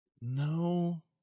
No